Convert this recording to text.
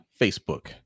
Facebook